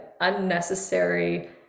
unnecessary